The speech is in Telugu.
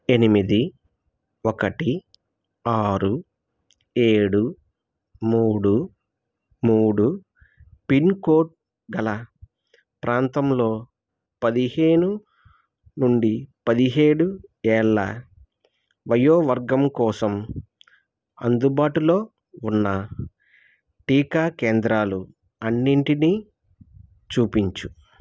ఎనిమిది ఒకటి ఆరు ఏడు మూడు మూడు పిన్కోడ్ గల ప్రాంతంలో పదిహేను నుండి పదిహేడు ఏళ్ల వయోవర్గం కోసం అందుబాటులో ఉన్న టీకా కేంద్రాలు అన్నింటిని చూపించు